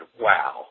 wow